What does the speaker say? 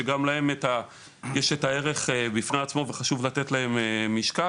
שגם להן יש את הערך בפני עצמו וחשוב לתת להן משקל.